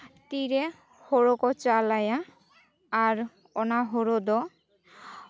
ᱛᱤᱨᱮ ᱦᱩᱲᱩ ᱠᱚ ᱪᱟᱞ ᱟᱭᱟ ᱟᱨ ᱚᱱᱟ ᱦᱩᱲᱩ ᱫᱚ